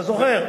אתה זוכר?